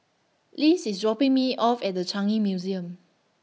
Lise IS dropping Me off At The Changi Museum